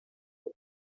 des